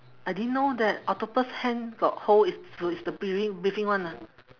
I didn't know that octopus hand got hole is for is the breathing breathing [one] ah